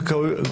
ולראייה,